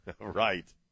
right